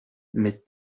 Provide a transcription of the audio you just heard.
mais